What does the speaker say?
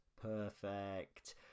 Perfect